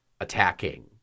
attacking